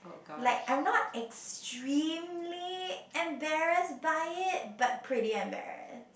like I'm not extremely embarrassed by it but pretty embarrassed